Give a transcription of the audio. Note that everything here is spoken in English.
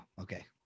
okay